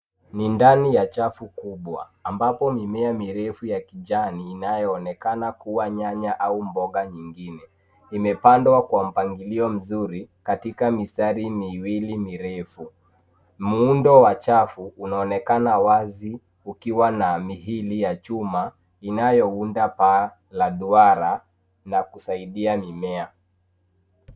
Ni ndani ya chafu kubwa ambapo mimea mirefu ya kijani inayoonekana kuwa nyanya au boga nyingine, imepandwa kwa mpangilio mzuri katika mistari miwili mirefu. Muundo wa chafu unaonekana wazi ukiwa na miili ya chuma inayaunda paa la duara la kusaidia mimea.